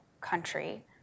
country